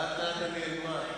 לאט-לאט אני אלמד.